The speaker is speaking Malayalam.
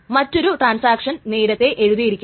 കാരണം ട്രാൻസാക്ഷൻ അബോർട്ട് ആകാം